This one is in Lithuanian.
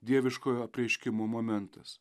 dieviškojo apreiškimo momentas